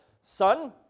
son